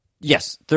yes